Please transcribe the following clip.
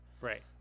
Right